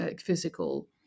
physical